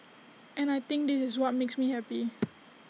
and I think this is what makes me happy